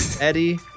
Eddie